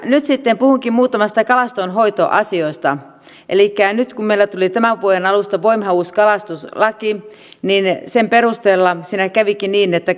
nyt sitten puhunkin muutamasta kalastonhoitoasiasta elikkä nyt kun meillä tuli tämän vuoden alusta voimaan uusi kalastuslaki sen perusteella siinähän kävikin niin että